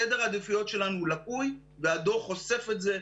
סדר העדיפויות שלנו הוא לקוי והדוח חושף את זה,